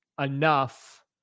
enough